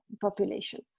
population